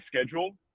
schedule